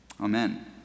Amen